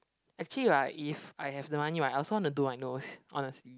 actually right if I have the money right I also want to do my nose honestly